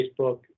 facebook